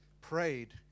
prayed